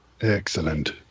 Excellent